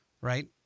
right